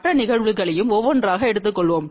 மற்ற நிகழ்வுகளையும் ஒவ்வொன்றாக எடுத்துக்கொள்வோம்